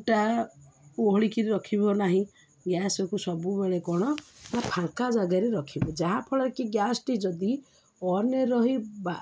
କୁଟା ଓହଳିକିରି ରଖିବ ନାହିଁ ଗ୍ୟାସକୁ ସବୁବେଳେ କ'ଣ ଫାଙ୍କା ଜାଗାରେ ରଖିବ ଯାହାଫଳରେ କିି ଗ୍ୟାସ୍ଟି ଯଦି ଅନ୍ରେ ରହି ବା